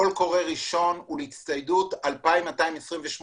קול קורא ראשון הוא להצטיידות 2,228